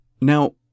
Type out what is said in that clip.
Now